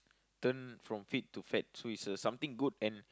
turn from fit to fat so is a something good and